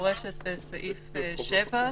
מפורשת בסעיף 7,